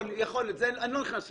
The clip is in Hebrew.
יכול להיות, אני לא נכנס לזה.